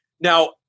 Now